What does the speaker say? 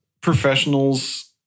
professionals